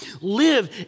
live